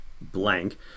blank